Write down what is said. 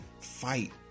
fight